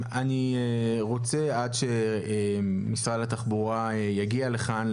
עד שמשרד התחבורה יגיע לכאן,